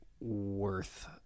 worth